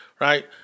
right